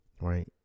Right